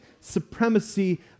supremacy